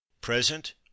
present